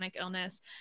illness